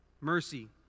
mercy